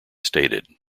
stated